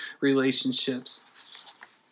relationships